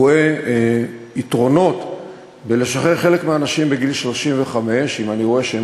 אני רואה יתרונות בשחרור חלק מהאנשים בגיל 35 אם אני רואה שהם